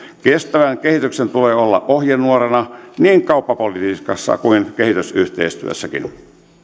kestävän kehityksen tulee olla ohjenuorana niin kauppapolitiikassa kuin kehitysyhteistyössäkin